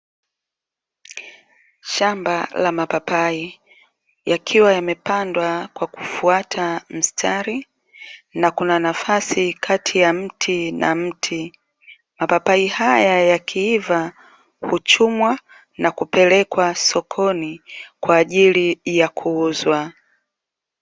Shamba la mapapai, yakiwa yamepandwa kwa kufuata mstari na kuna nafasi kati ya mti na mti, mapapai haya yakiiva huchumwa na kupelekwa sokoni kwa ajili ya kuuzwa.